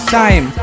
time